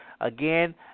again